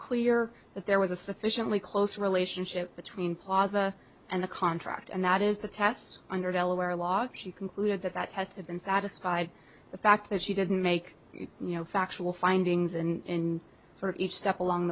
clear that there was a sufficiently close relationship between plaza and the contract and that is the test under delaware log she concluded that that test have been satisfied the fact that she didn't make you know factual findings in sort of each step along